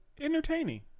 entertaining